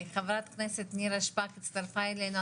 חברת הכנסת נירה שפק הצטרפה אלינו,